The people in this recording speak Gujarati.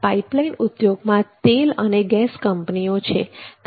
પાઇપલાઇન ઉદ્યોગમાં તેલ અને ગેસ કંપનીઓ છે